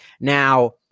Now